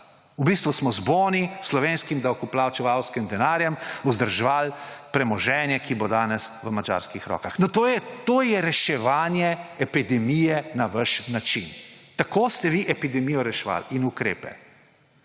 V bistvu smo z boni, slovenskim davkoplačevalskim denarjem vzdrževali premoženje, ki bo danes v madžarskih rokah. No, to je reševanje epidemije na vaš način. Tako ste vi reševali epidemijo in ukrepe.